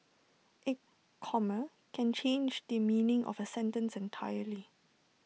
A comma can change the meaning of A sentence entirely